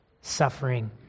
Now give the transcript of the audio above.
suffering